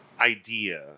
idea